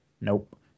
Nope